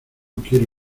quiero